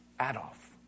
Adolf